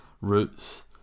routes